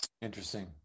Interesting